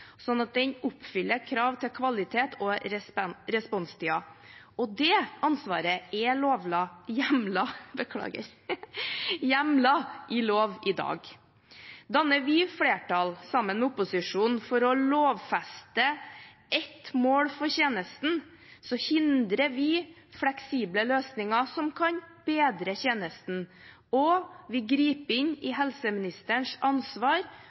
oppfyller krav til kvalitet og responstid. Det ansvaret er hjemlet i lov i dag. Danner vi flertall sammen med opposisjonen for å lovfeste ett mål for tjenesten, hindrer vi fleksible løsninger som kan bedre tjenesten, og vi griper inn i helseministerens ansvar